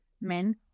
men